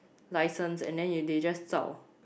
license and then they just start 早